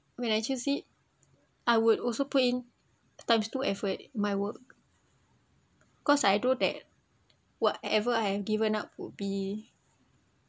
when I choose it I would also put in times two effort in my work cause I do that whatever I have given up would be